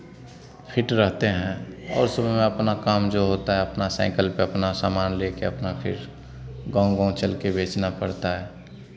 fit रहते हैं और सुबह में अपना काम जो होता है अपना साइकल पे अपना सामान लेके अपना फिर गांव गांव चलके बेचना पड़ता है